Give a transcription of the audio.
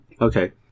Okay